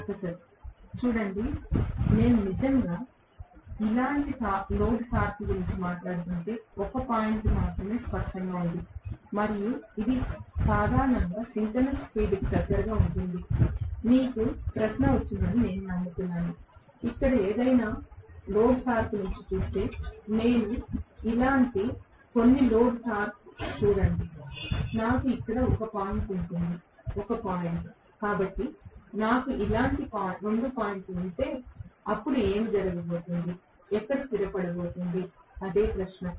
professor చూడండి నేను నిజంగా ఇలాంటి లోడ్ టార్క్ గురించి మాట్లాడుతుంటే 1 పాయింట్ మాత్రమే స్పష్టంగా ఉంది మరియు ఇది సాధారణంగా సింక్రోనస్ స్పీడ్కు దగ్గరగా ఉంటుంది మీకు ప్రశ్న వచ్చిందని నేను నమ్ముతున్నాను ఇక్కడ ఏదైనా లోడ్ టార్క్ చూస్తే నేను ఇలాంటి కొన్ని లోడ్ టార్క్ చూడండి నాకు ఇక్కడ 1 పాయింట్ ఉంటుంది 1 పాయింట్ కాబట్టి నాకు ఇలాంటి 2 పాయింట్లు ఉంటే అప్పుడు ఏమి జరగబోతోంది ఎక్కడ స్థిరపడబోతోంది అదే ప్రశ్న